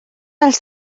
els